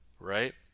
right